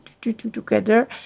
together